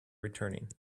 returning